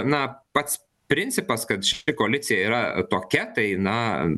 na pats principas kad ši koalicija yra tokia tai na